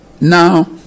Now